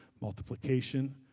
multiplication